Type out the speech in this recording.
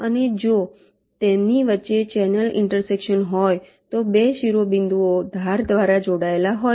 અને જો તેમની વચ્ચે ચેનલ ઈન્ટરસેક્શન હોય તો 2 શિરોબિંદુઓ ધાર દ્વારા જોડાયેલા હોય છે